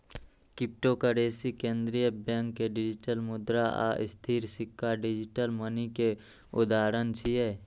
cryptocurrency, केंद्रीय bank के digital मुद्रा आ स्थिर सिक्का डिजिटल मनी के उदाहरण छियै